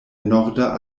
norda